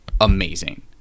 amazing